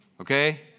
okay